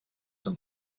some